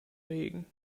regen